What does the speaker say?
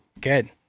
Good